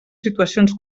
situacions